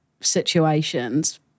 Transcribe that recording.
situations